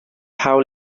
hawl